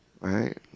Right